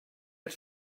had